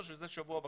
שזה שבוע וחצי.